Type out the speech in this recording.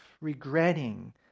regretting